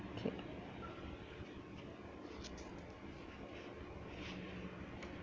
okay